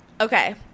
Okay